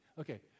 Okay